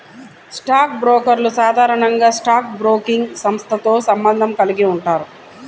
stock బ్రోకర్లు సాధారణంగా stock broking సంస్థతో సంబంధం కలిగి ఉంటారు